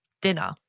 dinner